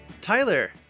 Tyler